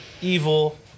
evil